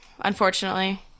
unfortunately